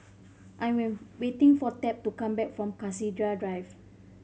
I waiting for Tab to come back from Cassia Drive